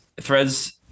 Threads